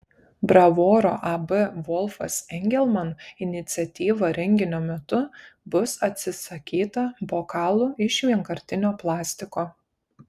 bravoro ab volfas engelman iniciatyva renginio metu bus atsisakyta bokalų iš vienkartinio plastiko